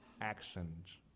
actions